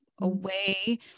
away